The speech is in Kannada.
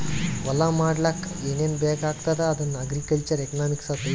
ಹೊಲಾ ಮಾಡ್ಲಾಕ್ ಏನೇನ್ ಬೇಕಾಗ್ತದ ಅದನ್ನ ಅಗ್ರಿಕಲ್ಚರಲ್ ಎಕನಾಮಿಕ್ಸ್ ಹೆಳ್ತುದ್